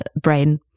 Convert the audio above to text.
brain